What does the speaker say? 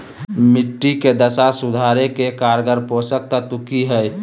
मिट्टी के दशा सुधारे के कारगर पोषक तत्व की है?